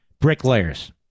bricklayers